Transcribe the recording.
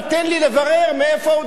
אבל תן לי לברר, מאיפה.